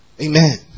Amen